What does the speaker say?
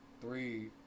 Three